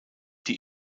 die